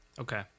okay